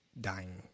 dying